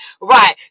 Right